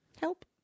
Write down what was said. Help